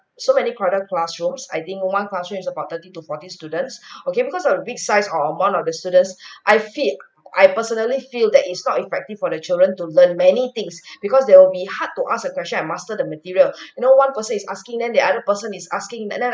so many crowded classrooms I think one classrooms is about thirty to forty students okay because of the big size or amount of the students I fit I personally feel that it's not effective for the children to learn many things because they will be hard to ask a question and master the material you know one person is asking then the other person is asking and then